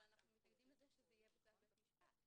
אבל אנחנו מתנגדים לזה שזה יהיה בצו בית משפט.